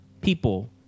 people